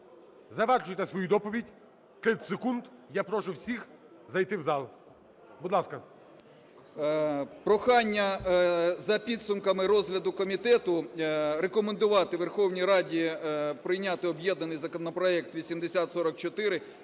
завершуйте свою доповідь, 30 секунд. Я прошу всіх зайти в зал. Будь ласка.